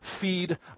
feed